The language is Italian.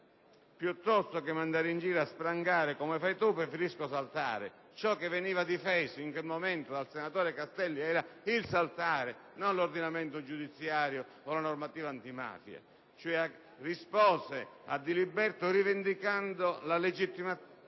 «Piuttosto che mandare in giro a sprangare, come fai tu, preferisco saltare». Ciò che veniva difeso in quel momento dal senatore Castelli era il saltare, non l'ordinamento giudiziario o la normativa antimafia. Egli ha cioè risposto a Diliberto rivendicando la legittimità